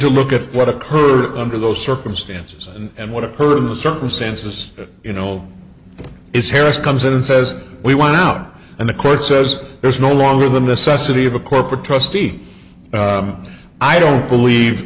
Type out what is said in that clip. to look at what occurred under those circumstances and what occurred in the circumstances you know is harris comes in and says we want out and the court says there's no longer than the subsidy of a corporate trustee i don't believe